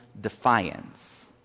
defiance